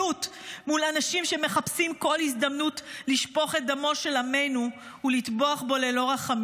מול אנשים שמחפשים כל הזדמנות לשפוך את דמו של עמנו ולטבוח בו ללא רחמים?